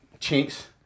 Chinks